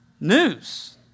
news